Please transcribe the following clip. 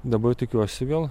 dabar tikiuosi vėl